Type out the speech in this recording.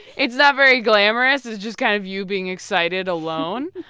it's not very glamorous. it's just kind of you being excited alone.